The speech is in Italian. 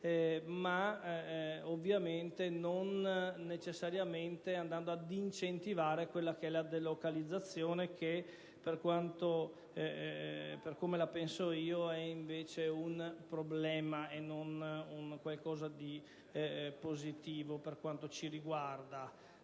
ma ovviamente non necessariamente andando ad incentivare la delocalizzazione che, per come la penso io, è invece un problema e non qualcosa di positivo per quanto ci riguarda.